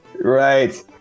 Right